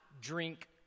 drink